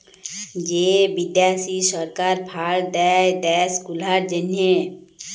যে বিদ্যাশি সরকার ফাল্ড দেয় দ্যাশ গুলার জ্যনহে